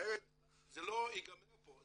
אחרת זה לא ייגמר פה.